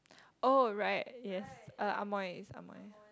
oh right yes uh amoy is amoy